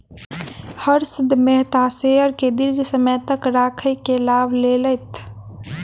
Harshad Mehta share के दीर्घ समय तक राइख के लाभ लेलैथ